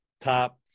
top